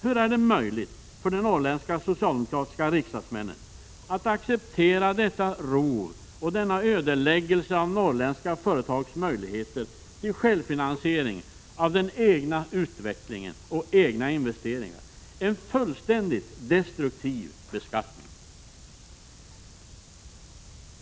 Hur är det möjligt för de norrländska socialdemokratiska riksdagsmännen att acceptera detta rov och denna ödeläggelse av norrländska företags möjligheter till självfinansiering av den egna utvecklingen och av egna investeringar? Det är en fullständigt destruktiv beskattning.